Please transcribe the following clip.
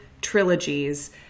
trilogies